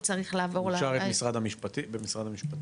הוא אושר במשרד המשפטים?